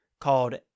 called